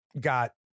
got